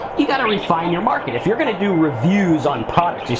you gotta refine your market, if you're gonna do reviews on products, you say,